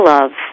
Love